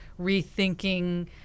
rethinking